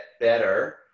better